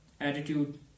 attitude